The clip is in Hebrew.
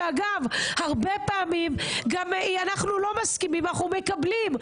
שאגב הרבה פעמים גם אם אנחנו לא מסכימים אנחנו מקבלים,